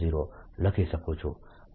P0 લખી શકું છું